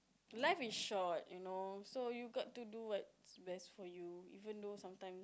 life is short you know so you got to do what's best for you even though sometimes